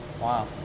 Wow